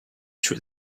true